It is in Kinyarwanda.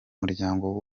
muryango